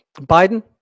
Biden